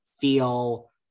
feel